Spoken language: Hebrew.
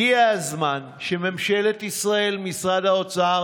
הגיע הזמן שממשלת ישראל ומשרד האוצר